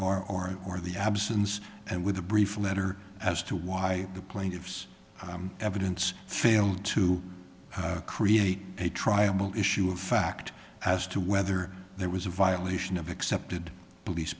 our or or the absence and with a brief letter as to why the plaintiff's evidence failed to create a triable issue of fact as to whether there was a violation of accepted police